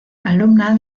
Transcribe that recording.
alumna